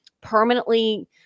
permanently